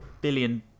billion